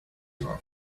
your